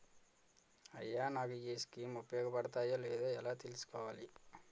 అయ్యా నాకు ఈ స్కీమ్స్ ఉపయోగ పడతయో లేదో ఎలా తులుసుకోవాలి?